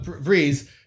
Breeze